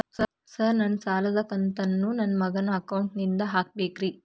Sir ನನ್ನ ಸಾಲದ ಕಂತನ್ನು ನನ್ನ ಮಗನ ಅಕೌಂಟ್ ನಿಂದ ಹಾಕಬೇಕ್ರಿ?